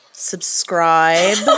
subscribe